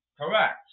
Correct